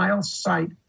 site